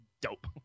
dope